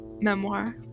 memoir